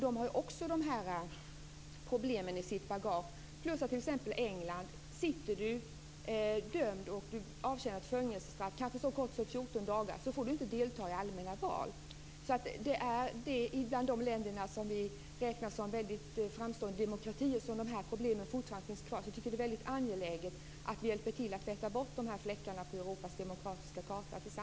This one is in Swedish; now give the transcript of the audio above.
De har också de här problemen i sitt bagage. I England är det t.ex. så att är du dömd och avtjänar ett fängelsestraff, kanske så kort som 14 dagar, får du inte delta i allmänna val. Det är alltså också bland de länder som vi räknar som väldigt framstående demokratier som de här problemen fortfarande finns kvar. Jag tycker att det är väldigt angeläget att vi hjälper till för att tillsammans tvätta bort de här fläckarna på Europas demokratiska karta.